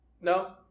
No